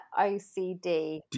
OCD